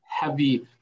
heavy